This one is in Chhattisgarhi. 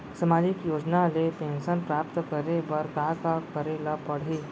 सामाजिक योजना ले पेंशन प्राप्त करे बर का का करे ल पड़ही?